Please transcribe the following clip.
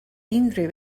unrhyw